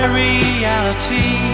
reality